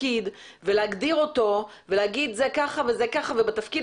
תפקיד ולהגדיר אותו ולהגיד זה ככה וזה ככה ובתפקיד